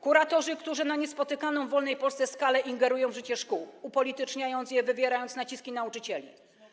Kuratorzy, którzy na niespotykaną w wolnej Polsce skalę ingerują w życie szkół, upolityczniają je, wywierają naciski na nauczycieli.